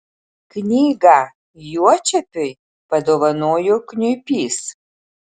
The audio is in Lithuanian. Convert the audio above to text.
knygą juočepiui padovanojo kniuipys